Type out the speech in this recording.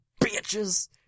bitches